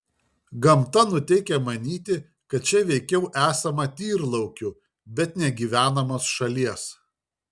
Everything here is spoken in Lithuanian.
gamta nuteikia manyti kad čia veikiau esama tyrlaukių bet ne gyvenamos šalies